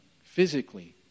physically